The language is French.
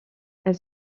elle